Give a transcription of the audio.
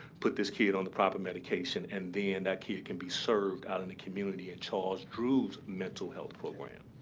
put this kid on the proper medication, and then and that kid can be served out in the community at charles drew's mental health program.